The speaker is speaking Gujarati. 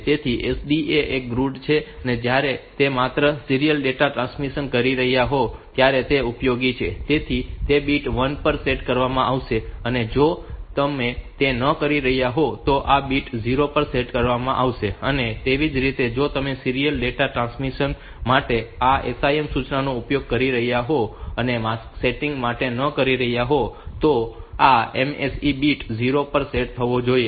તેથી SDE એ એક ગ્રેડ છે તો જ્યારે તમે માત્ર સીરીયલ ડેટા ટ્રાન્સમિશન કરી રહ્યા હોવ ત્યારે તે ઉપયોગી હોય છે તેથી તે બીટ 1 પર સેટ કરવામાં આવશે અને જો તમે તે ન કરી રહ્યાં હોવ તો આ બીટ 0 પર સેટ કરવામાં આવશે અને તેવી જ રીતે જો તમે સીરીયલ ડેટા ટ્રાન્સમિશન માટે આ SIM સૂચનાનો ઉપયોગ કરી રહ્યા હોવ અને માસ્ક સેટિંગ માટે ન કરી રહ્યા હોવ તો આ MSE બીટ 0 પર સેટ થવો જોઈએ